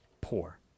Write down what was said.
poor